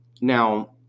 now